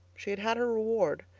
she had had her reward.